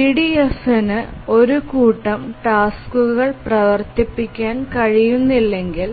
EDFന് ഒരു കൂട്ടം ടാസ്ക്കുകൾ പ്രവർത്തിപ്പിക്കാൻ കഴിയുന്നില്ലെങ്കിൽ